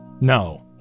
no